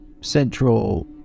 central